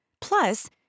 Plus